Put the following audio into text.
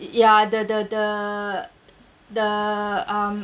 ya the the the the um